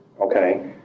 Okay